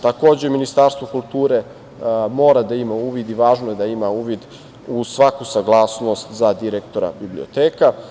Takođe, Ministarstvo kulture mora da ima uvid i važno je da ima uvid u svaku saglasnost za direktora biblioteka.